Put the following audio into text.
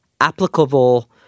applicable